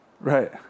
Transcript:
Right